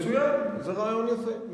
מצוין, זה רעיון יפה.